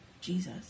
Jesus